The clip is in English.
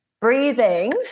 breathing